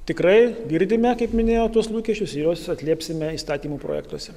tikrai girdime kaip minėjau tuos lūkesčius į juos atliepsime įstatymų projektuose